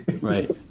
right